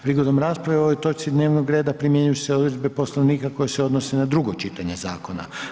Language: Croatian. Prigodom rasprave o ovoj točki dnevnog reda primjenjuju se odredbe Poslovnika koje se odnose na drugo čitanje Zakona.